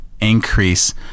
increase